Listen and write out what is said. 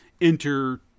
enter